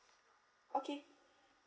okay